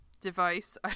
device